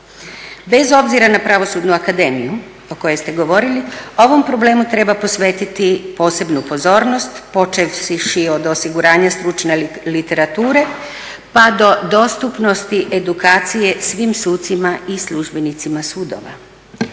Bez obzira na Pravosudnu akademiju o kojoj ste govorili, ovom problemu treba posvetiti posebnu pozornost počevši od osiguranja stručne literature, pa do dostupnosti edukacije svim sucima i službenicima sudova.